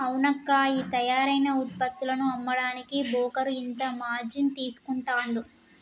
అవునక్కా ఈ తయారైన ఉత్పత్తులను అమ్మడానికి బోకరు ఇంత మార్జిన్ తీసుకుంటాడు